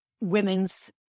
women's